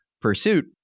pursuit